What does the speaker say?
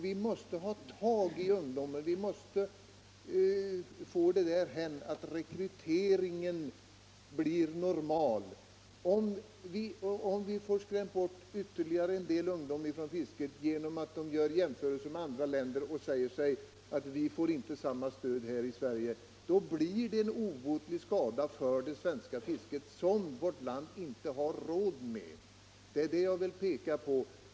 Vi måste ha tag i ungdomen, vi måste få det därhän att rekryteringen blir normal. Om ytterligare en del ungdomar skräms bort från fisket genom att de gör jämförelser med andra länder och säger att ”vi får inte samma stöd här i Sverige”, då blir det en obotlig skada för det svenska fisket, och det har vårt land inte råd med. Det är det jag vill peka på.